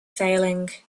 failing